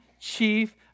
chief